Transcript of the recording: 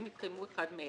אם התקיים אחד מאלה: